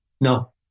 No